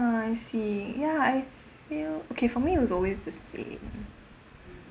I see ya I feel okay for me it was always the same